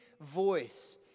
voice